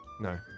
No